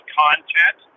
content